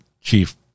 chief